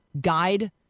guide